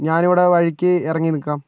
ഞാനിവിടെ വഴിക്ക് ഇറങ്ങി നിൽക്കാം